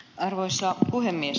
arvoisa puhemies